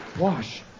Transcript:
Wash